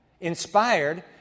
Inspired